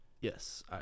Yes